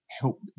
help